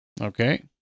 Okay